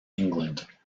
england